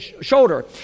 shoulder